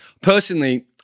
personally –